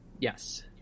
Yes